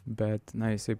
bet na jisai